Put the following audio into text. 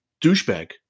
douchebag